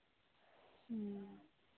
ᱦᱮᱸ